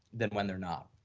that went there now.